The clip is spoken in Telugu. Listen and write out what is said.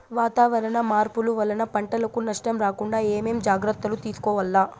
వాతావరణ మార్పులు వలన పంటలకు నష్టం రాకుండా ఏమేం జాగ్రత్తలు తీసుకోవల్ల?